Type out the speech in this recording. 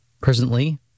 Presently